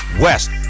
west